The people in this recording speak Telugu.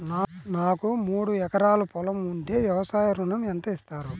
నాకు మూడు ఎకరాలు పొలం ఉంటే వ్యవసాయ ఋణం ఎంత ఇస్తారు?